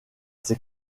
ses